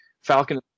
Falcon